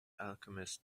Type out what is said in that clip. alchemist